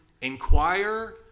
inquire